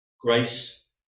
Grace